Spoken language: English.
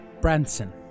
Branson